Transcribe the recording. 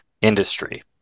industry